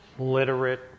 literate